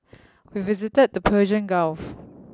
we visited the Persian Gulf